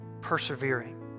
persevering